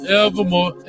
evermore